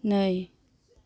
नै